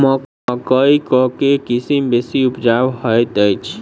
मकई केँ के किसिम बेसी उपजाउ हएत अछि?